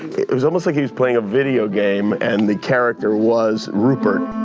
it was almost like he was playing a video game and the character was rupert.